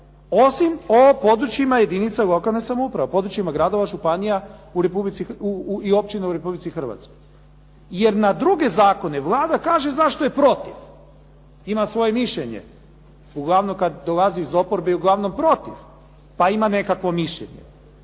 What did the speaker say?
osim o područjima jedinica lokalne samouprave, područjima, gradova, županija u Republici i općina u Republici Hrvatskoj. Jer na druge zakone Vlada kaže zašto je protiv. Ima svoje mišljenje, uglavnom kada dolazi iz oporbe je uglavnom protiv, pa ima nekakvo mišljenje,